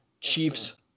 Chiefs